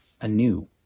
anew